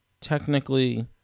technically